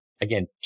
Again